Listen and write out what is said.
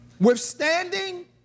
Withstanding